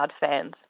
fans